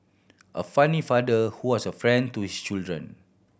a funny father who was a friend to his children